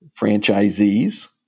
franchisees